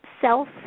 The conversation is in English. self